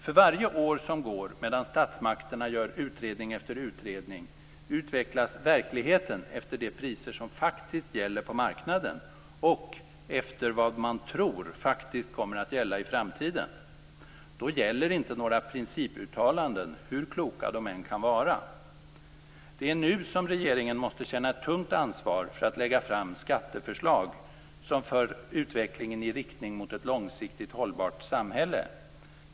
För varje år som går medan statsmakterna gör utredning efter utredning utvecklas verkligheten efter de priser som faktiskt gäller på marknaden och efter vad man tror faktiskt kommer att gälla i framtiden. Då gäller inte några principuttalanden - hur kloka de än kan vara. Det är nu som regeringen måste känna ett tungt ansvar för att lägga fram skatteförslag som för utvecklingen i riktning mot ett långsiktigt hållbart samhälle.